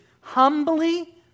humbly